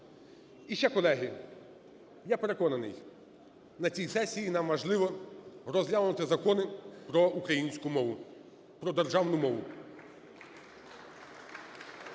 І ще, колеги, я переконаний, на цій сесії нам важливо розглянути Закони про українську мову, про державну мову.